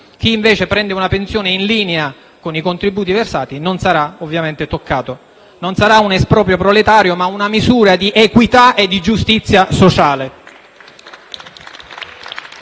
Chi, invece, prende una pensione in linea con i contributi versati non sarà ovviamente toccato. Non sarà un esproprio proletario, ma una misura di equità e di giustizia sociale.